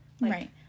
right